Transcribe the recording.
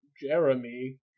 Jeremy